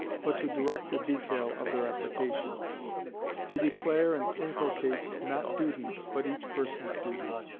but to direct the detail of their application to declare and inculcate, not duties, but each person's duty,